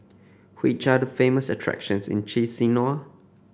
which are the famous attractions in Chisinau